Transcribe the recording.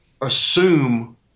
assume